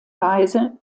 weise